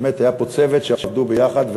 ובאמת היה פה צוות ועבדו ביחד.